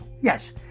Yes